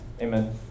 Amen